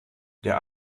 der